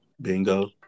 Bingo